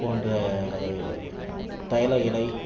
போன்ற தைலம் இலை